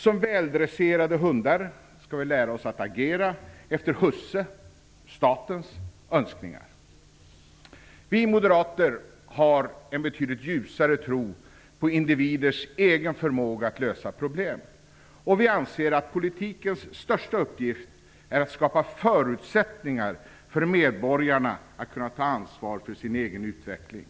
Som väldresserade hundar skall vi lära oss att agera efter husses - statens - önskningar. Vi moderater har en betydligt ljusare tro på individers egen förmåga att lösa problem. Vi anser att politikens största uppgift är att skapa förutsättningar för medborgarna att kunna ta ansvar för sin egen utveckling.